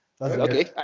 Okay